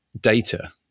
data